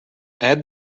add